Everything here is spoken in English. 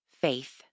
faith